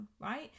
right